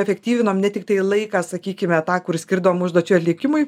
efektyvinom ne tiktai laiką sakykime tą kur skirdavom užduočių atlikimui